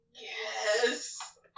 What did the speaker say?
Yes